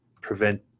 prevent